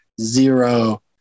Zero